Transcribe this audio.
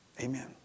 Amen